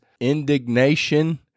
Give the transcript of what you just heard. indignation